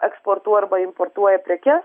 eksportuoja arba importuoja prekes